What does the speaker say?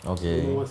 okay